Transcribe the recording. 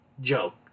joke